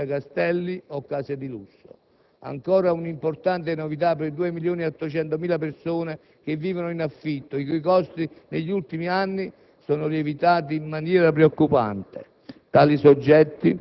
solo qualche dato significativo. Il 40 per cento dei 43 milioni di persone che vivono in case di proprietà non pagherà più l'ICI. La restante parte avrà uno sgravio fino ad un massimo di 200 euro;